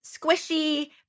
squishy